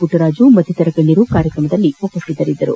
ಪುಟ್ಟರಾಜು ಮತ್ತಿತರ ಗಣ್ಯರು ಕಾರ್ಯಕ್ರಮದಲ್ಲಿ ಭಾಗವಹಿಸಿದ್ದರು